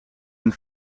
een